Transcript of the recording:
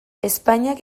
ezpainak